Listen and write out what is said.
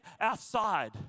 outside